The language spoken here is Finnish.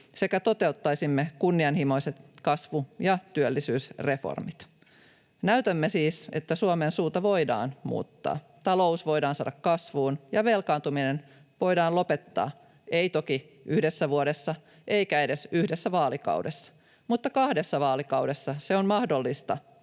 sekä toteuttaisimme kunnianhimoiset kasvu- ja työllisyysreformit. Näytämme siis, että Suomen suunta voidaan muuttaa, talous voidaan saada kasvuun ja velkaantuminen voidaan lopettaa — ei toki yhdessä vuodessa eikä edes yhdessä vaalikaudessa, mutta kahdessa vaalikaudessa se on mahdollista.